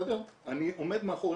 אני עומד מאחורי.